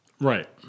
Right